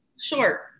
Sure